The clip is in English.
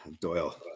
doyle